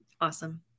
Awesome